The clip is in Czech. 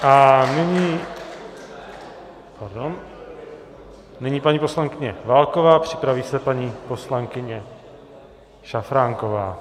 A nyní paní poslankyně Válková, připraví se paní poslankyně Šafránková.